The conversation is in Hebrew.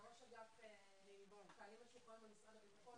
לראש אגף לחיילים משוחררים במשרד הביטחון להציג את הנושא.